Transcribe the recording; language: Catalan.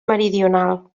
meridional